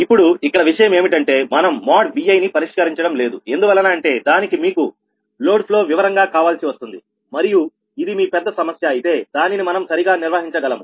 ఇప్పుడు ఇక్కడ విషయం ఏమిటంటే మనం Viని పరిష్కరించడం లేదు ఎందువలన అంటే దానికి మీకు లోడ్ ఫ్లో వివరంగా కావాల్సి వస్తుంది మరియు ఇది మీ పెద్ద సమస్య అయితే దానిని మనం సరిగా నిర్వహించగలము